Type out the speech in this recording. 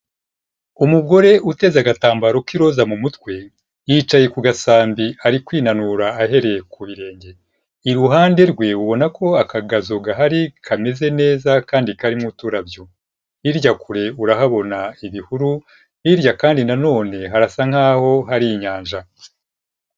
Umugore uteze agatambaro k'iroza mu mutwe yicaye ku gasambi ari kwinanura ahahereye ku birenge, iruhande rwe ubona ko aka kazu gahari kameze neza kandi karimo uturabyo, hirya kure urahabona ibihuru hirya kandi na none harasa nk'aho hari inyanja.